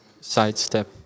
sidestep